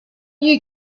you